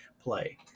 play